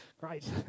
Great